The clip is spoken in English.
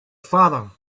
father